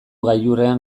gailurrean